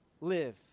live